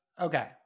Okay